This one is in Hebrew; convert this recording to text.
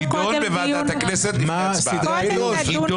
הסיבה שהרוב